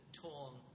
torn